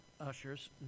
ushers